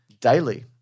Daily